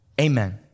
Amen